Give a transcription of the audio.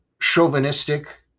chauvinistic